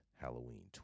Halloween